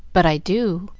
but i do.